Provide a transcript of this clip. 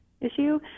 issue